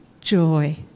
joy